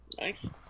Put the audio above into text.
Nice